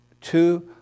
two